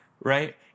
Right